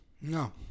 No